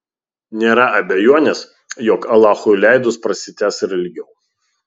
nėra abejonės jog alachui leidus prasitęs ir ilgiau